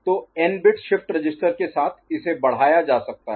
तो n bit shift register के साथ इसे बढ़ाया जा सकता है